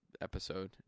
episode